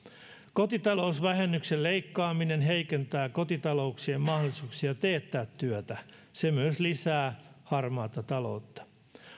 kotitalousvähennyksen leikkaaminen heikentää kotitalouksien mahdollisuuksia teettää työtä se myös lisää harmaata taloutta